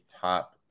top